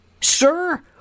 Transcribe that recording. sir